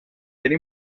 era